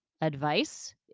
advice